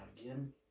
again